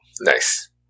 Nice